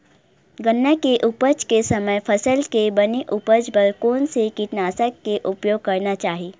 गन्ना के उपज के समय फसल के बने उपज बर कोन से कीटनाशक के उपयोग करना चाहि?